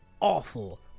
awful